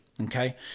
Okay